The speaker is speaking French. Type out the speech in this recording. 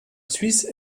suisse